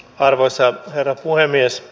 arvoisa herra puhemies